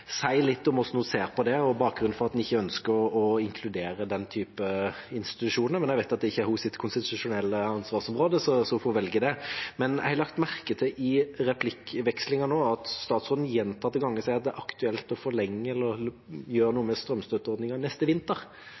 litt om hvordan hun ser på det, og bakgrunnen for at en ikke ønsker å inkludere den type institusjoner. Jeg vet at det ikke er hennes konstitusjonelle ansvarsområde, så hun får velge. Jeg har lagt merke til i replikkvekslingen nå at statsråden gjentatte ganger sier at det er aktuelt å forlenge eller å gjøre noe med strømstøtteordningen neste vinter. Er det et veldig bevisst ordvalg, at det er neste vinter